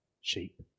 sheep